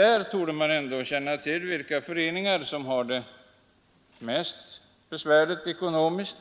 Där borde man ändå känna till vilka föreningar som har det mest besvärligt ekonomiskt.